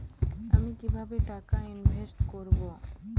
আমি কিভাবে টাকা ইনভেস্ট করব?